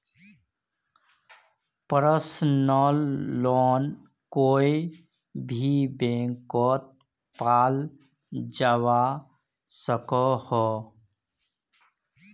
personal loan कोए भी बैंकोत पाल जवा सकोह